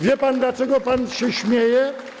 Wie pan, dlaczego pan się śmieje?